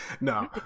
No